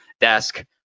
desk